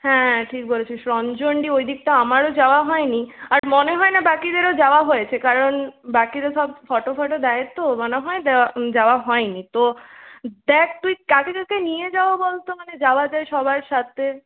হ্যাঁ ঠিক বলেছিস রণচণ্ডী ওইদিকটা আমারও যাওয়া হয়নি আর মনে হয় না বাকিদেরও যাওয়া হয়েছে কারণ বাকিরা সব ফটো ফটো দেয় তো মনে হয় যাওয়া যাওয়া হয়নি তো দেখ তুই কাকে কাকে নিয়ে যাবো বলতো মানে যাওয়া যায় সবার সাথে